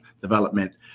development